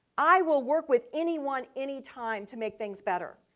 i will work with anyone anytime to make things better.